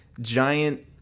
giant